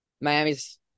Miami's